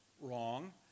wrong